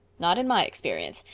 not in my experience,